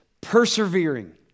persevering